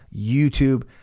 YouTube